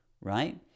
right